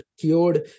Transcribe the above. cured